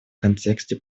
контексте